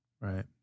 Right